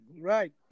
right